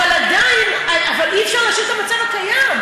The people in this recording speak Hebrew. אבל עדיין, אבל אי-אפשר להשאיר את המצב הקיים.